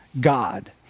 God